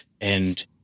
and-